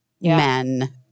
men